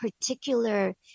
particular